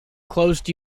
closed